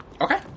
Okay